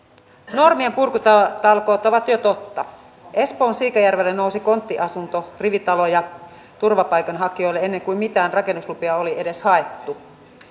normienpurkutalkoot ovat jo totta espoon siikajärvelle nousi konttiasuntorivitaloja turvapaikanhakijoille ennen kuin mitään rakennuslupia oli edes haettu